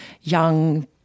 young